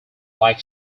like